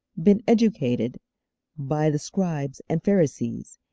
been educated by the scribes and pharisees,